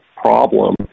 problem